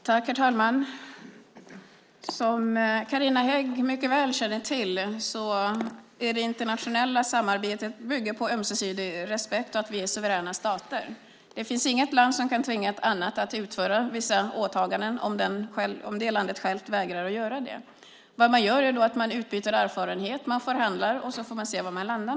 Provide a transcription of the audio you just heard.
Herr talman! Som Carin Hägg mycket väl känner till bygger det internationella samarbetet på ömsesidig respekt och på att vi är suveräna stater. Inget land kan tvinga ett annat att utföra vissa åtaganden om det landet vägrar att göra det. Man utbyter erfarenheter, man förhandlar, och så får man se var man landar.